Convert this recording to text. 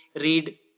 read